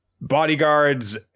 bodyguards